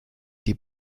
die